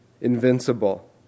invincible